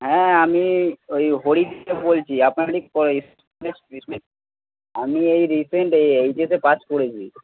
হ্যাঁ আমি ওই হরি বলছি আপনার কি ওই স্কুলের আমি এই রিসেন্ট এই এইচএসে পাস করেছি